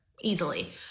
easily